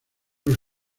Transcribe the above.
los